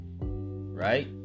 right